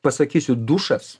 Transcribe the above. pasakysiu dušas